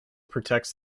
protects